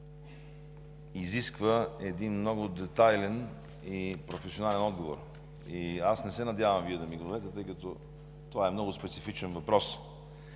изисква много детайлен и професионален отговор. Аз не се надявам Вие да ми го дадете, тъй като това е много специфичен въпрос,